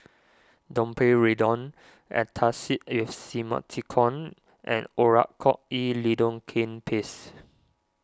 Domperidone Antacid with Simethicone and Oracort E Lidocaine Paste